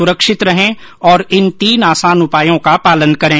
सुरक्षित रहें और इन तीन आसान उपायों का पालन करें